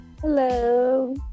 Hello